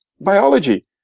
Biology